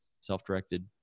self-directed